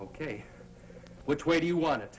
ok which way do you want it